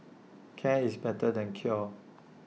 care is better than cure